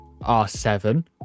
R7